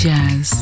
Jazz